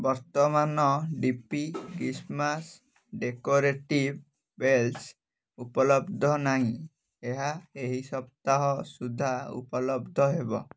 ବର୍ତ୍ତମାନ D P Christmas decorative bells ଉପଲବ୍ଧ ନାହିଁ ଏହା ଏହି ସପ୍ତାହ ସୁଦ୍ଧା ଉପଲବ୍ଧ ହେବ